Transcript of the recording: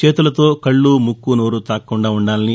చేతులతో కళ్లు ముక్కు నోరు తాకకుండా ఉండాలని